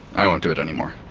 i won't do it anymore.